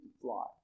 fly